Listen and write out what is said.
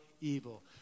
evil